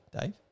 Dave